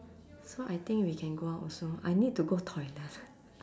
so I think we can go out also I need to go toilet